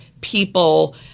people